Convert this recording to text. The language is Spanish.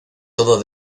todo